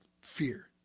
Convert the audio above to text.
Fear